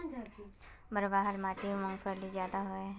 बलवाह माटित मूंगफली ज्यादा उगो होबे?